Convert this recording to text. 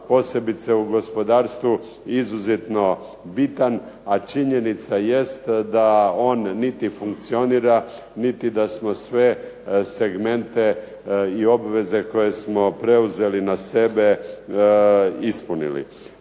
posebice u gospodarstvu izuzetno bitan. A činjenica jest da on niti funkcionira niti da smo sve segmente i obveze koje smo preuzeli na sebe ispunili.